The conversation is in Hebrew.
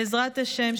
בעזרת השם,